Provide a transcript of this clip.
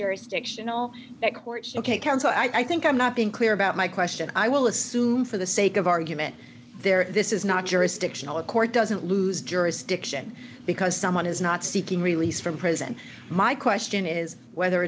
jurisdiction all that court ok counsel i think i'm not being clear about my question i will assume for the sake of argument there this is not jurisdictional the court doesn't lose jurisdiction because someone is not seeking release from prison my question is whether